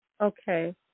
okay